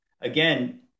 again